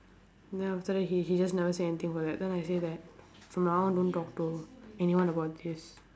then after that he he just never say anything about that then I say that from now on don't talk to anyone about this